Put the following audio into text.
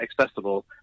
accessible